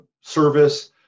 service